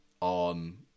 on